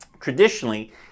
Traditionally